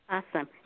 Awesome